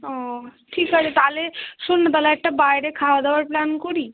ও ঠিক আছে তাহলে শোন না তাহলে একটা বাইরে খাওয়া দাওয়ার প্ল্যান করি